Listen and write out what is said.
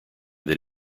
that